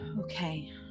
Okay